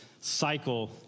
cycle